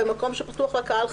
במקום שפתוח לקהל,